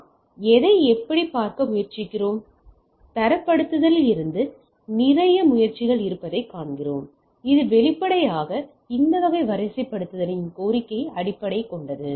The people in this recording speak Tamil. நாம் எதைப் பார்க்க முயற்சிக்கிறோம் தரப்படுத்தலில் இருந்து நிறைய முயற்சிகள் இருப்பதை காண்கிறோம் இது வெளிப்படையாக இந்த வகை வரிசைப்படுத்தலின் கோரிக்கையை அடிப்படையாகக் கொண்டது